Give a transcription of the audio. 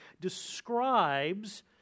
describes